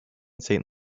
saint